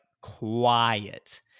quiet